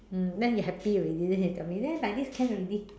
mm then he happy already then he tell me there like this can already